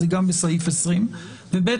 אז גם בסעיף 20. שנית,